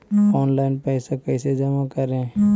Online पैसा कैसे जमा करे?